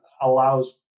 allows